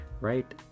right